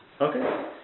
Okay